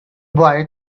boy